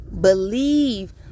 believe